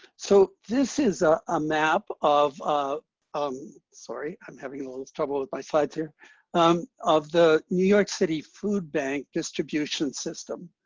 so this is a ah map of ah um sorry, i'm having a little trouble with my slides here of the new york city food bank distribution system.